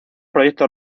proyecto